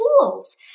tools